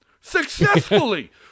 successfully